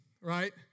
right